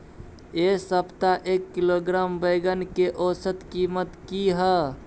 ऐ सप्ताह एक किलोग्राम बैंगन के औसत कीमत कि हय?